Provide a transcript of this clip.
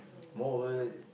moreover